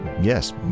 yes